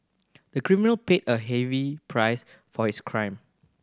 the criminal paid a heavy price for his crime